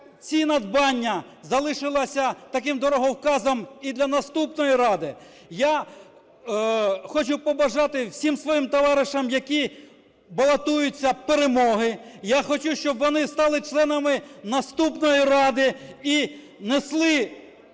ці надбання залишилися таким дороговказом і для наступної Ради. Я хочу побажати всім своїм товаришам, які балотуються, перемоги. Я хочу, щоби вони стали членами наступної Ради і несли